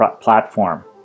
platform